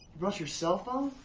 you brought your cell phone?